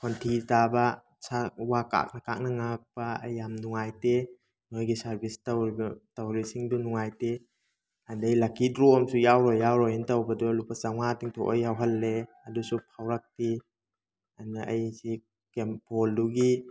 ꯈꯣꯟꯊꯤ ꯆꯥꯕ ꯋꯥ ꯀꯥꯛꯅ ꯀꯥꯛꯅ ꯉꯥꯡꯂꯛꯄ ꯑꯩ ꯌꯥꯝ ꯅꯨꯡꯉꯥꯏꯇꯦ ꯅꯣꯏꯒꯤ ꯁꯥꯔꯕꯤꯁ ꯇꯧꯔꯤꯕ ꯇꯧꯔꯤꯁꯤꯡꯗꯨ ꯅꯨꯡꯉꯥꯏꯇꯦ ꯑꯗꯩ ꯂꯛꯀꯤ ꯗ꯭ꯔꯣ ꯑꯃꯁꯨ ꯌꯥꯎꯔꯣꯏ ꯌꯥꯎꯔꯣꯏꯅ ꯇꯧꯕꯗꯨ ꯂꯨꯄꯥ ꯆꯥꯝꯉꯥ ꯇꯤꯡꯊꯣꯛꯑ ꯌꯥꯎꯍꯜꯂꯦ ꯑꯗꯨꯁꯨ ꯐꯥꯎꯔꯛꯇꯦ ꯑꯗ ꯑꯩꯁꯤ ꯀꯩꯝꯇ ꯀꯣꯜꯗꯨꯒꯤ